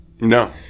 No